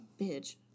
bitch